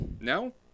No